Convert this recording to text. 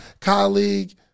colleague